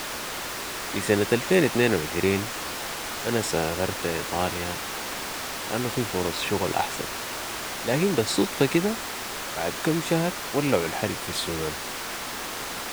في سنة الفين اتنين و عشرين انا سافرت ايطاليا لانو في فرص شغل احسن لكن بس صدفة كدة بعد كم شهر ولعو الحرب في السودان